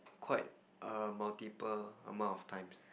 quite a multiple amount of times